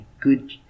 good